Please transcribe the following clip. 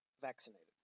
vaccinated